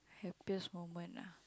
happiest moment ah